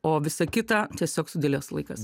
o visa kita tiesiog sudėlios laikas